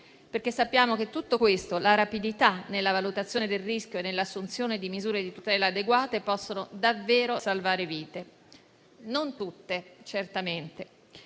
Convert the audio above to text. Sappiamo che tutto questo e la rapidità nella valutazione del rischio e nell'assunzione di misure di tutela adeguate possono davvero salvare vite; non tutte, certamente.